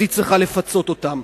היא צריכה לפצות אותם.